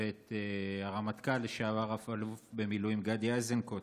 והרמטכ"ל לשעבר רב-אלוף במילואים גדי איזנקוט